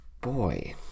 Boy